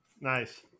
Nice